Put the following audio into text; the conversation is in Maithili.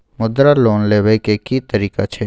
मुद्रा लोन लेबै के की तरीका छै?